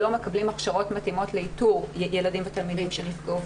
לא מקבלים הכשרות מתאימות לאיתור ילדים ותלמידים שנפגעו.